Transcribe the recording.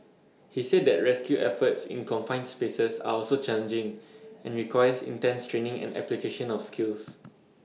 he said that rescue efforts in confined spaces are also challenging and requires intense training and application of skills